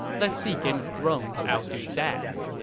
let's see game of thrones outdo that.